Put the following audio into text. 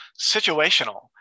situational